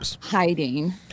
hiding